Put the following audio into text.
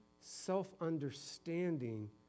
self-understanding